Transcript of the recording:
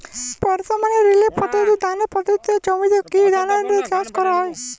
বর্তমানে রিলে পদ্ধতিতে ধানের পতিত জমিতে কী ধরনের চাষ করা হয়?